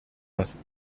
dass